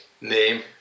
name